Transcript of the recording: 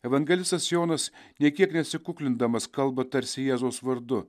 evangelistas jonas nė kiek nesikuklindamas kalba tarsi jėzaus vardu